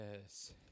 Yes